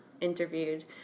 interviewed